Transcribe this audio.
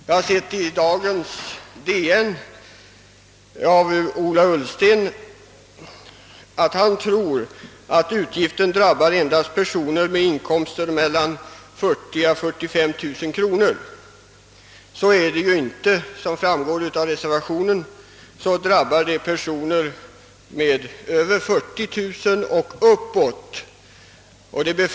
Jag har sett i dagens nummer av Dagens Nyheter att herr Ullsten tror att utgiften träffar endast personer med inkomster mellan 40 000 och 45 000 kronor. Så förhåller det sig inte; såsom framgår av reservationen drabbar den personer med 40000 kronors inkomst och uppåt.